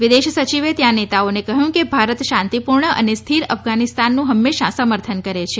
વિદેશ સચિવે ત્યાં નેતાઓને કહયું કે ભારત શાંતીપુર્ણ અને સ્થિર અફઘાનીસ્તાનનું હંમેશા સમર્થન કરે છે